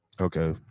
Okay